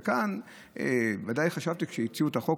וכאן ודאי חשבתי, כשהציעו את החוק